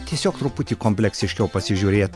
tiesiog truputį kompleksiškiau pasižiūrėt